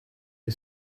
est